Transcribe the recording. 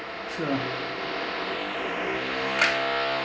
sure